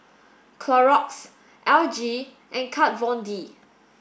Clorox L G and Kat Von D